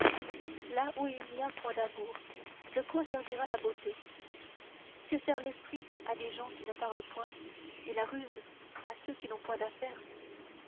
là où il n'y a point d'amour de quoi servira la beauté que sert l'esprit à des gens qui ne parlent point et la ruse à ceux qui n'ont point d'affaires